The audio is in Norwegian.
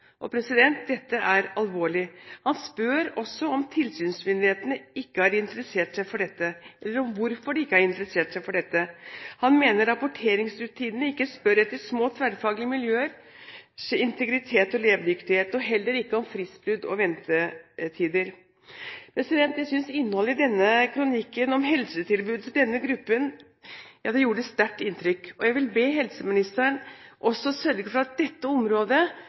Dette er alvorlig. Han spør tilsynsmyndigheten hvorfor de ikke har interessert seg for dette. Han mener rapporteringsrutinene ikke spør etter små tverrfaglige miljøers integritet og levedyktighet og heller ikke om fristbrudd og ventetider. Innholdet i denne kronikken om helsetilbudet til denne gruppen gjorde et sterkt inntrykk, og jeg vil be helseministeren også sørge for at dette området